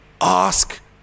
ask